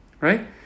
Right